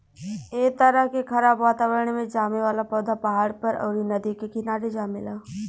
ए तरह के खराब वातावरण में जामे वाला पौधा पहाड़ पर, अउरी नदी के किनारे जामेला